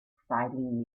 fighting